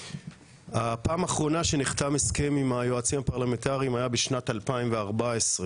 הפעם האחרונה שנחתם הסכם עם היועצים הפרלמנטריים היה בשנת 2014,